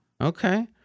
Okay